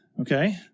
Okay